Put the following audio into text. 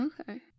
Okay